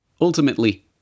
Ultimately